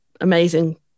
amazing